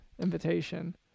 invitation